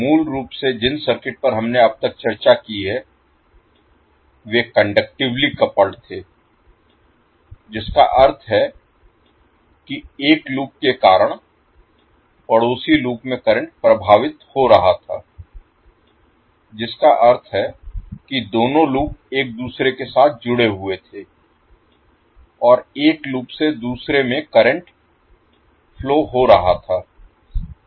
मूल रूप से जिन सर्किट पर हमने अब तक चर्चा की है वे कंडक्टिवली कपल्ड थे जिसका अर्थ है कि एक लूप के कारण पड़ोसी लूप में करंट प्रभावित हो रहा था जिसका अर्थ है कि दोनों लूप एक दूसरे के साथ जुड़े हुए थे और एक लूप से दूसरे में करंट फ्लो Flow प्रवाहित हो रहा था